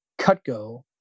CutGo